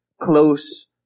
close